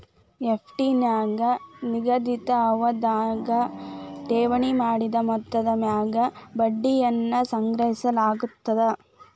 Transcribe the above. FD ನ್ಯಾಗ ನಿಗದಿತ ಅವಧ್ಯಾಗ ಠೇವಣಿ ಮಾಡಿದ ಮೊತ್ತದ ಮ್ಯಾಗ ಬಡ್ಡಿಯನ್ನ ಸಂಗ್ರಹಿಸಲಾಗ್ತದ